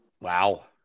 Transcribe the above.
Wow